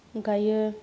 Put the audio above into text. गायो